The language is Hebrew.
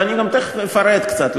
אני תכף גם אפרט קצת,